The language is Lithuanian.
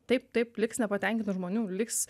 taip taip liks nepatenkintų žmonių liks